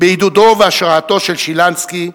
בעידודו ובהשראתו של שילנסקי,